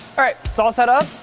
alright it's all set up.